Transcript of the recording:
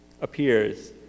appears